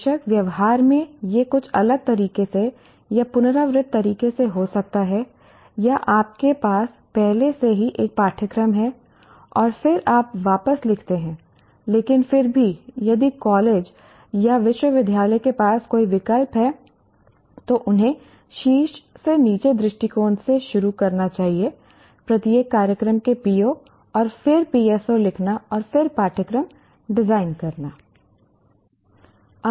बेशक व्यवहार में यह कुछ अलग तरीके से या पुनरावृत्त तरीके से हो सकता है या आपके पास पहले से ही एक पाठ्यक्रम है और फिर आप वापस लिखते हैं लेकिन फिर भी यदि कॉलेज या विश्वविद्यालय के पास कोई विकल्प है तो उन्हें शीर्ष नीचे दृष्टिकोण से शुरू करना चाहिए प्रत्येक कार्यक्रम के PO और फिर PSO लिखना और फिर पाठ्यक्रम डिजाइन करना